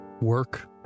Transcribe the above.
work